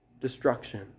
destruction